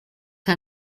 que